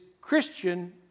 Christian